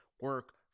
Work